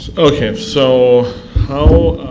so kind of so how